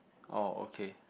oh okay